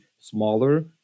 smaller